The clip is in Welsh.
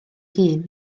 hun